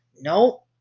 no